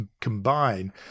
combine